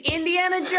Indiana